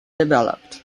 developed